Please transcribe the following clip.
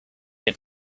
had